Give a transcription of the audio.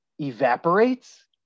evaporates